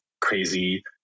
crazy